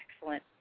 excellent